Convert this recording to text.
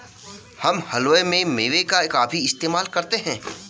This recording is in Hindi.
हम हलवे में मेवे का काफी इस्तेमाल करते हैं